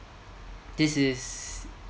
this is